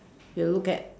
you will look at